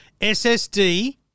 SSD